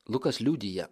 lukas liudija